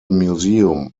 museum